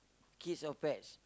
kids or pets